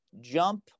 jump